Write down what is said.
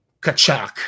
kachak